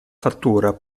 fattura